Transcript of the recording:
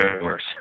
worse